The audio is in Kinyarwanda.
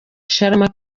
sharama